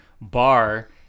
bar